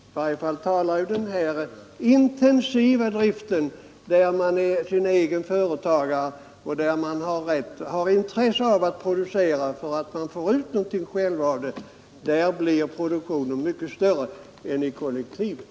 I den här intensiva driften, där man är sin egen företagare och där man har intresse av att producera därför att man får ut någonting själv av det, blir produktionen i varje fall mycket större än i kollektivet.